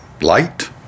Light